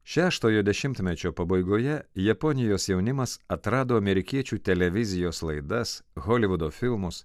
šeštojo dešimtmečio pabaigoje japonijos jaunimas atrado amerikiečių televizijos laidas holivudo filmus